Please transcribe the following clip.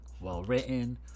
Well-written